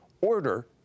Order